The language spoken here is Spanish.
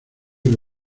que